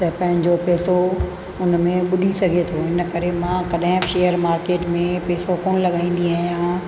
त पंहिंजो पैसो उन में बुॾी सघे थो हिन करे मां कॾहिं शेयर मार्किट में पैसो कोन लॻाईंदी आहियां